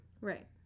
Right